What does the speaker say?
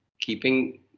keeping